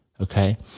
Okay